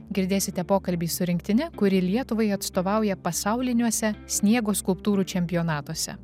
girdėsite pokalbį su rinktine kuri lietuvai atstovauja pasauliniuose sniego skulptūrų čempionatuose